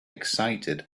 excited